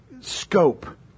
scope